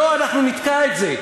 לא, אנחנו נתקע את זה.